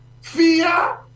fear